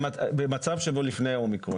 במצב שלפני האומיקרון,